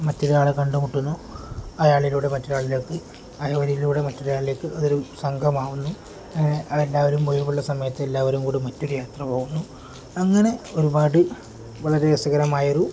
മറ്റൊരാളെ കണ്ടുമുട്ടുന്നു അയാളിലൂടെ മറ്റൊരാളിലേക്ക് അവരിലൂടെ മറ്റൊരാളിലേക്ക് അതൊരു സംഘമാവുന്നു എല്ലാവരും ഒഴിവുള്ള സമയത്ത് എല്ലാവരും കൂടെ മറ്റൊരു യാത്ര പോകുന്നു അങ്ങനെ ഒരുപാട് വളരെ രസകരമായൊരു